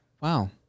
Wow